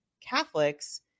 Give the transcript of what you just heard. Catholics